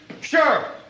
Sure